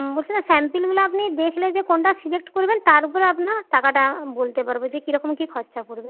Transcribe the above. বলছি না স্যাম্পেলগুলো আপনি দেখলে যে কোনটা সিলেক্ট করবেন তার উপরে আপনার টাকাটা বলতে পারব যে কীরকম কী খরচা পড়বে